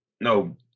no